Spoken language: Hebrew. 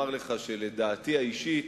ואומר לך שלדעתי האישית,